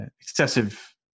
excessive